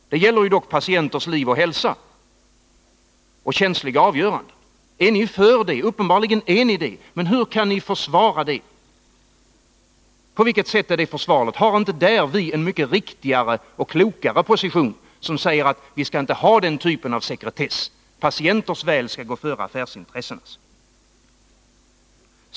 Det gäller ju dock patienters liv och hälsa och känsliga avgöranden. Uppenbarligen gör ni det, men hur kan ni försvara den inställningen? På vilket sätt är detta försvarligt? Har inte vi inom vpk en mycket riktigare och klokare position, när vi säger att man inte skall ha den typen av sekretess, utan att patienters väl skall gå före affärsintressen?